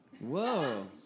Whoa